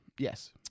Yes